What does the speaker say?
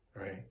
right